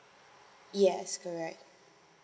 yes correct